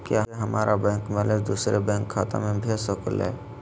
क्या हमारा bank balance दूसरे बैंक खाता में भेज सके ला?